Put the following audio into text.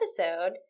episode